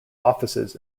offices